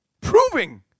Proving